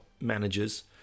managers